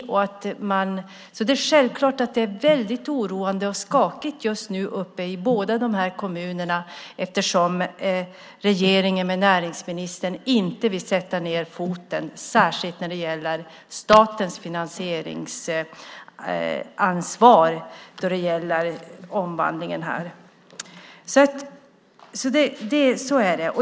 Det är självklart att det är väldigt oroligt och skakigt just nu uppe i de båda kommunerna eftersom regeringen och näringsministern inte vill sätta ned foten när det gäller statens finansieringsansvar för omvandlingen.